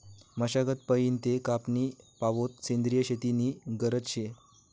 मशागत पयीन ते कापनी पावोत सेंद्रिय शेती नी गरज शे